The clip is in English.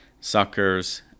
suckers